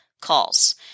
calls